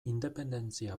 independentzia